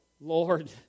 Lord